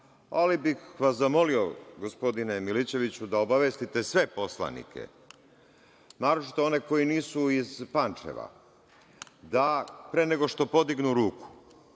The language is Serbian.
ali bih vas zamolio, gospodine Milićeviću, da obavestite sve poslanike, a naročito one koji nisu iz Pančeva, da pre nego što podignu ruku